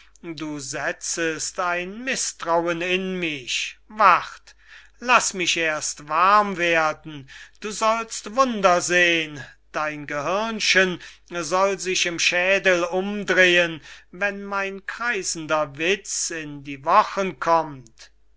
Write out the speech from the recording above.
du setzest ein mißtrauen in mich wart laß mich erst warm werden du sollst wunder sehen dein gehirnchen soll sich im schädel umdrehen wenn mein kreisender witz in die wochen kommt